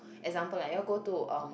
example like you all go to um